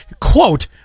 Quote